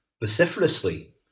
vociferously